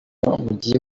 mugiye